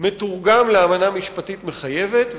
מתורגם לאמנה משפטית מחייבת.